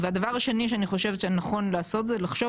והדבר השני שאני חושבת שנכון לעשות זה לחשוב